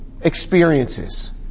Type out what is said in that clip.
experiences